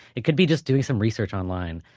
it could be just doing some research online,